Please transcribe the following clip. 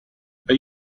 are